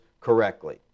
correctly